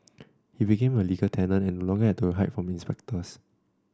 he became a legal tenant and no longer had to hide from the inspectors